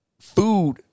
food